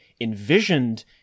envisioned